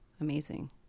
amazing